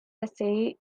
essay